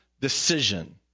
decision